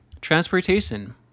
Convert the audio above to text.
transportation